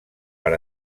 per